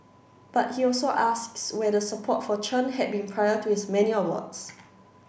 but he also asks where the support for Chen had been prior to his many awards